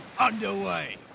underway